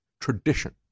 Tradition